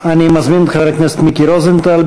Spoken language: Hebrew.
אני מזמין את חבר הכנסת מיקי רוזנטל,